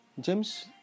James